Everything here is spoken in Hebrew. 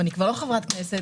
אני כבר לא חברת כנסת.